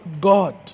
God